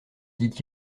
dit